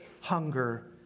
hunger